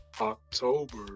october